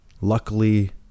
Luckily